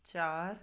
ਚਾਰ